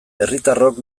herritarrok